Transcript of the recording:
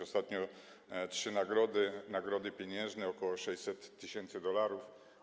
Ostatnio trzy nagrody - nagrody pieniężne, ok. 600 tys. dolarów.